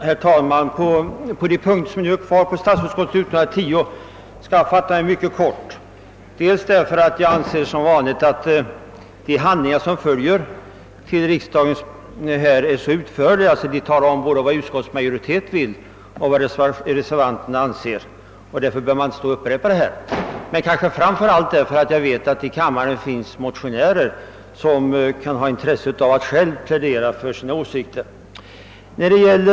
Herr talman! Beträffande de punkter i statsutskottets utlåtande nr 10 som nu återstår skall jag fatta mig mycket kort, dels därför att handlingarna som vanligt så utförligt redovisar både vad utskottsmajoriteten vill och vad reservanterna anser att jag inte behöver upprepa det här, dels och framför allt därför att jag vet att det i kammaren finns motionärer, som kan ha intresse av att själva plädera för sina åsikter.